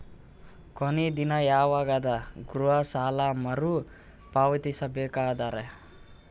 ಕೊನಿ ದಿನ ಯವಾಗ ಅದ ಗೃಹ ಸಾಲ ಮರು ಪಾವತಿಸಬೇಕಾದರ?